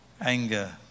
anger